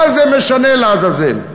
מה זה משנה, לעזאזל?